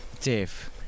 Dave